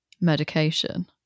medication